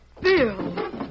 Bill